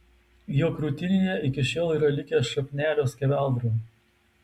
jo krūtinėje iki šiol yra likę šrapnelio skeveldrų